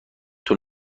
طول